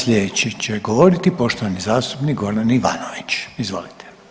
Slijedeći će govoriti poštovani zastupnik Goran Ivanović, izvolite.